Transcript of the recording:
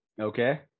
Okay